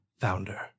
Founder